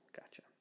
Gotcha